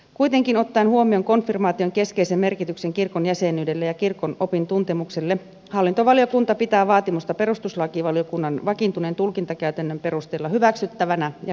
kuitenkin ottaen huomioon konfirmaation keskeisen merkityksen kirkon jäsenyydelle ja kirkon opin tuntemukselle hallintovaliokunta pitää vaatimusta perustuslakivaliokunnan vakiintuneen tulkintakäytännön perusteella hyväksyttävänä ja perusteltuna